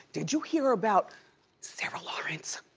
did you hear about sarah lawrence?